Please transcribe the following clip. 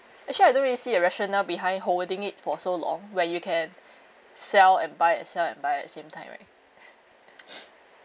actually I don't really see the rational behind holding it for so long when you can sell and buy and sell and buy at the same time right